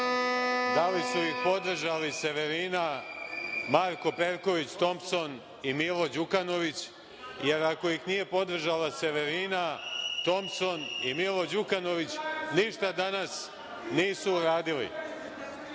da li su ih podržali Severina, Marko Perković Tompson i Milo Đukanović, jer ako ih nije podržala Severina, Tompson i Milo Đukanović ništa danas nisu uradili. Dame